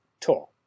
talk